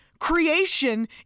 Creation